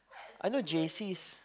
I know J_C_S